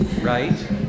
right